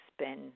spin